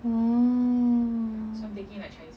oh